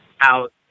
out